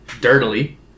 dirtily